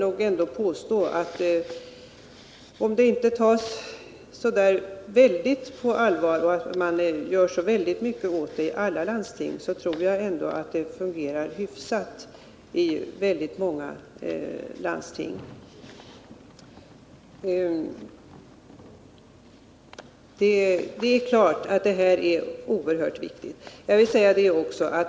Om denna verksamhet inte tas riktigt på allvar och om man inte gör så väldigt mycket åt den i alla landsting, så tror jag ändå att den fungerar hyfsat i många landsting. Det är klart att detta är en oerhört viktig fråga.